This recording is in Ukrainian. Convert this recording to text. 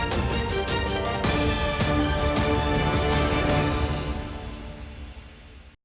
Дякую.